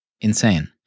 insane